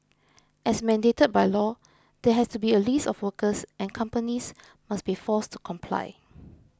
as mandated by law there has to be a list of workers and companies must be forced to comply